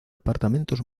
apartamentos